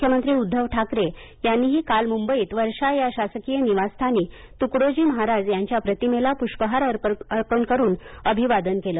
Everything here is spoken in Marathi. मुख्यमंत्री उद्धव ठाकरे यांनीही काल मुंबईत वर्षा या शासकीय निवासस्थानी तुकडोजी महाराज यांच्या प्रतिमेला पुष्पहार अर्पण करून अभिवादन केलं